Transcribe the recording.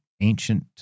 ancient